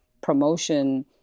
promotion